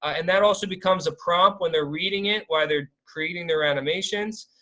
and that also becomes a prompt when they're reading it while they're creating their animations.